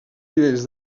nivells